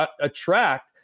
attract